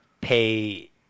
pay